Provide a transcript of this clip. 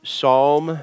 Psalm